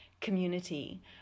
community